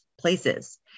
places